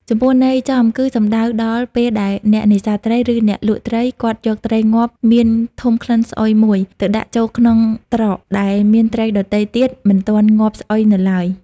ចំពោះន័យចំគឺសំដៅដល់ ពេលដែលអ្នកនេសាទត្រី ឬអ្នកលក់ត្រី គាត់យកត្រីងាប់មានធុំក្លិនស្អុយមួយ ទៅដាក់ចូលក្នុងត្រកដែលមានត្រីដទៃទៀតមិនទាន់ងាប់ស្អុយនៅឡើយ។